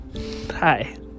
Hi